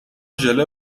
ژله